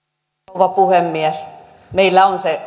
rouva puhemies meillä on se